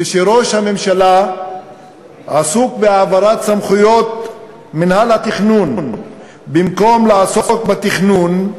כשראש הממשלה עסוק בהעברת סמכויות מינהל התכנון במקום לעסוק בתכנון,